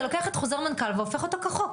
זה לוקח את חוזר מנכ"ל והופך אותו כחוק,